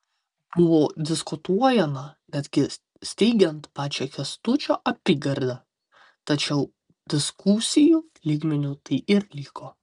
buvo diskutuojama netgi steigiant pačią kęstučio apygardą tačiau diskusijų lygmeniu tai ir liko